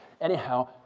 Anyhow